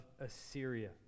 Assyria